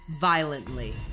violently